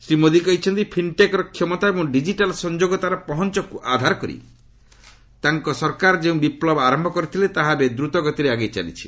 ଶ୍ରୀ ମୋଦି କହିଛନ୍ତି ଫିଷ୍ଟେକର କ୍ଷମତା ଏବଂ ଡିଜିଟାଲ ସଂଯୋଗତାର ପହଞ୍ଚକୁ ଆଧାର କରି ତାଙ୍କ ସରକାର ଯେଉଁ ବିପ୍ଲବ ଆରମ୍ଭ କରିଥିଲେ ତାହା ଏବେ ଦ୍ରୁତଗତିରେ ଆଗେଇ ଚାଲିଛି